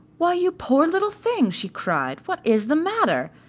why, you poor little thing! she cried, what is the matter?